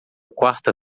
quarta